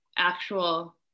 actual